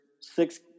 six